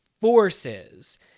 forces